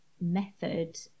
method